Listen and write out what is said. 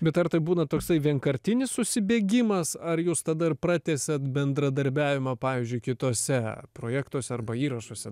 bet ar tai būna toksai vienkartinis susibėgimas ar jūs tada ir pratęsiat bendradarbiavimą pavyzdžiui kituose projektuose arba įrašuose